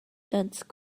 dense